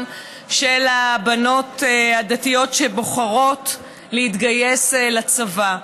של הבנות הדתיות שבוחרות להתגייס לצבא.